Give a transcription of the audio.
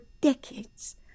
decades